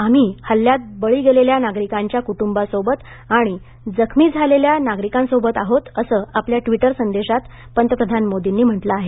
आम्ही हल्ल्यात बळी गेलेल्या नागरिकांच्या कुटुंबासोबत आणि जखमी झालेल्या नागरिकांसोबत आहोत असे आपल्या ट्विटर संदेशात पंतप्रधान मोदींनी म्हटलं आहे